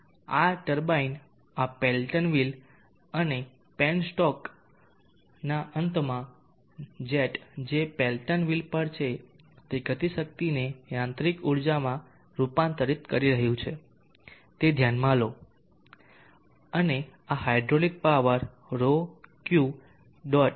આ ટર્બાઇન આ Pelton wheel અને પેન્સ્ટોકના અંતમાં જેટ જે પેલ્ટન વ્હીલ પર છે અને ગતિશક્તિને યાંત્રિક ઊર્જામાં રૂપાંતરિત કરી રહ્યું છે તે ધ્યાનમાં લો અને આ hydraulic power ρQ dot gh છે